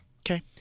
Okay